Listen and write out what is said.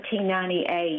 1998